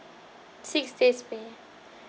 six days meaning